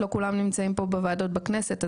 לא כולם נמצאים פה בוועדות בכנסת,